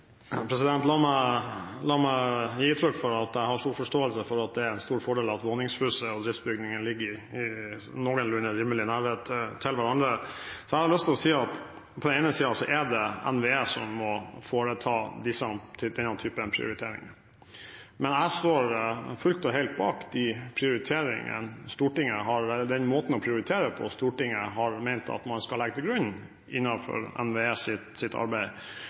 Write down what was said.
La meg gi uttrykk for at jeg har stor forståelse for at det er en stor fordel at våningshuset og driftsbygningen ligger i noenlunde rimelig nærhet av hverandre. Så har jeg lyst til å si at det er NVE som må foreta denne typen prioriteringer, men jeg står fullt og helt bak den måten å prioritere på som Stortinget har ment at man skal legge til grunn innenfor NVEs